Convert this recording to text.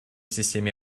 системе